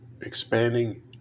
expanding